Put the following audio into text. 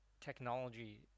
technology